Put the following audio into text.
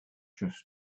just